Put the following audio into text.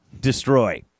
destroy